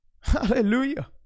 Hallelujah